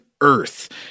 Earth